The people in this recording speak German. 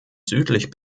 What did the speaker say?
südlich